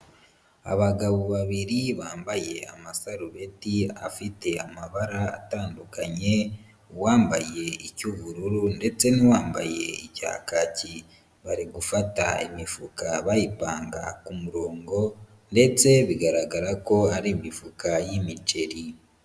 Abagabo babiri bambaye amasarubti afite amabara atandukanye, uwambaye icy'ubururu ndetse n'uwambaye icya kaki, bari gufata imifuka bayipanga ku murongo ndetse bigaragara ko ari imifuka y'imiceri.